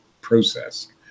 process